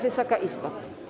Wysoka Izbo!